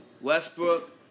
Westbrook